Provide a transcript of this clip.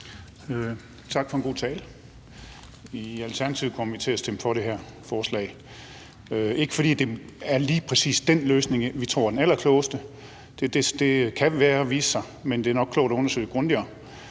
Tak for en god tale. I Alternativet kommer vi til at stemme for det her forslag, ikke fordi det lige præcis er den løsning, vi tror er den allerklogeste – det kan den vise sig at være, men det er nok klogt at undersøge grundigere